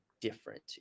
different